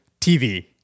tv